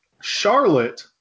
Charlotte